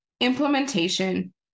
implementation